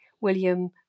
William